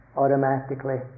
automatically